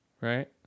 right